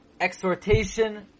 exhortation